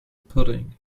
pudding